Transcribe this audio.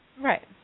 right